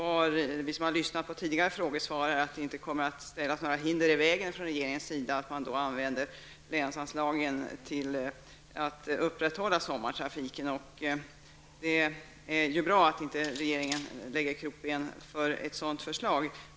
Av tidigare frågesvar framgår att det inte kommer att ställas några hinder i vägen från regeringens sida att man använder länsanslagen till att upprätthålla sommartrafiken. Det är bra att regeringen inte lägger krokben för ett sådant nytt initiativ.